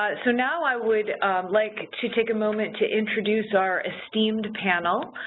so now i would like to take a moment to introduce our esteemed panel.